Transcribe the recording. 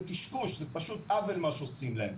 זה קשקוש וזה פשוט עוול מה שעושים להם.